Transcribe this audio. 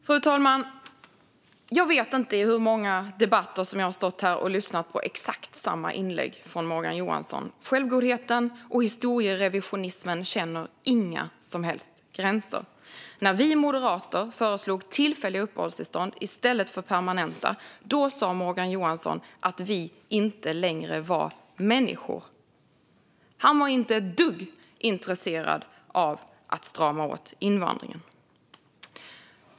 Fru talman! Jag vet inte i hur många debatter jag har stått här och lyssnat på exakt samma inlägg från Morgan Johansson. Självgodheten och historierevisionismen känner inga som helst gränser. När vi moderater föreslog tillfälliga uppehållstillstånd i stället för permanenta sa Morgan Johansson att vi inte längre var människor. Han var inte ett dugg intresserad av att strama åt invandringen.